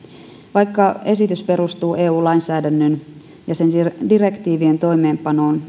vaikka esitys perustuu eu lainsäädännön ja sen direktiivien toimeenpanoon